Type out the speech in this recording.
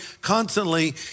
constantly